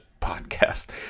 podcast